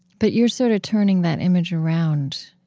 but you're sort of turning that image around,